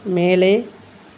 மேலே